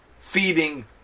feeding